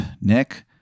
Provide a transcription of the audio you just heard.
Nick